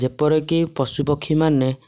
ଯେପରିକି ପଶୁ ପକ୍ଷୀମାନେ